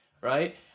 right